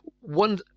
One